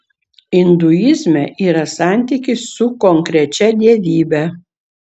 induizme yra santykis su konkrečia dievybe